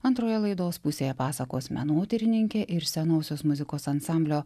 antroje laidos pusėje pasakos menotyrininkė ir senosios muzikos ansamblio